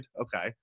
Okay